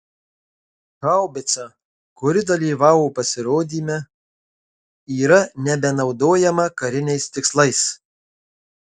haubica kuri dalyvavo pasirodyme yra nebenaudojama kariniais tikslais